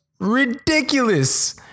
ridiculous